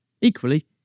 Equally